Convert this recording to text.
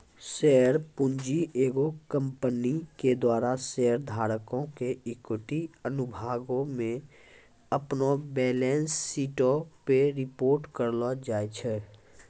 share पूंजी एगो company के द्वारा शेयर धारको के इक्विटी अनुभागो मे अपनो बैलेंस शीटो पे रिपोर्ट करलो जाय छै